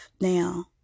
now